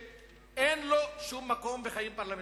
שאין לו שום מקום בחיים פרלמנטריים.